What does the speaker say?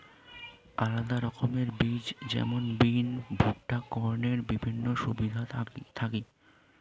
আলাদা রকমের বীজ যেমন বিন, ভুট্টা, কর্নের বিভিন্ন সুবিধা থাকি